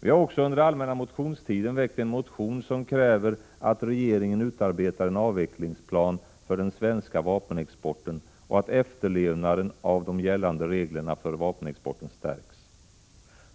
Vi har också under allmänna motionstiden väckt en motion, som kräver att regeringen utarbetar en avvecklingsplan för den svenska vapenexporten och att efterlevnaden av de gällande reglerna för vapenexporten stärks.